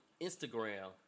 Instagram